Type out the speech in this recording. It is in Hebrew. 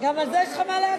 גם על זה יש לך מה להגיד?